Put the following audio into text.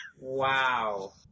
Wow